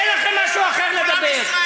אין לכם משהו אחר לדבר עליו.